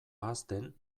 ahazten